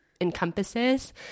encompasses